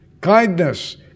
Kindness